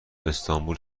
استانبول